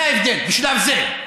זה ההבדל בשלב זה.